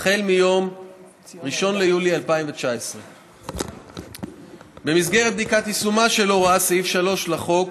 מיום 1 ביולי 2019. במסגרת בדיקת יישומה של הוראת סעיף 3 לחוק,